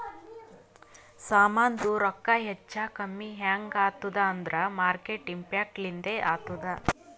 ಸಾಮಾಂದು ರೊಕ್ಕಾ ಹೆಚ್ಚಾ ಕಮ್ಮಿ ಹ್ಯಾಂಗ್ ಆತ್ತುದ್ ಅಂದೂರ್ ಮಾರ್ಕೆಟ್ ಇಂಪ್ಯಾಕ್ಟ್ ಲಿಂದೆ ಆತ್ತುದ